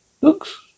Looks